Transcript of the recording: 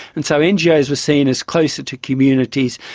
and so ngos were seen as closer to communities,